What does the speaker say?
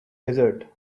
desert